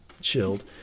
chilled